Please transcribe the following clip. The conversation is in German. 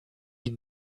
die